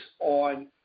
on